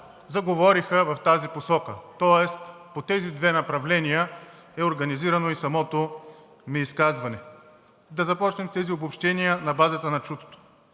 заговориха в тази посока. Тоест по тези две направления е организирано и самото ми изказване. Да започнем с тези обобщения на базата на чутото.